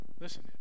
Listen